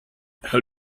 how